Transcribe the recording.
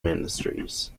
ministries